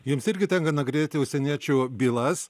jums irgi tenka nagrinėti užsieniečių bylas